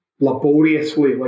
laboriously